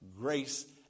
Grace